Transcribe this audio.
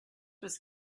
was